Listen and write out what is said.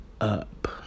up